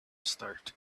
start